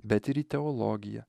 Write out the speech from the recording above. bet ir į teologiją